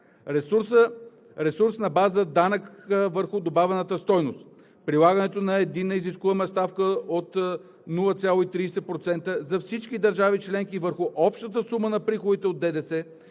Ресурс на база данъка върху добавената стойност – прилагането на единна изискуема ставка от 0,30% за всички държави членки върху общата сума на приходите от ДДС,